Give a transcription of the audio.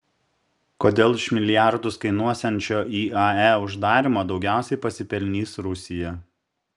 kodėl iš milijardus kainuosiančio iae uždarymo daugiausiai pasipelnys rusija